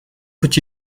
faut